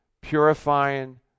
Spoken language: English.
purifying